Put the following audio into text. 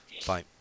fine